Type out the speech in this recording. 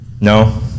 No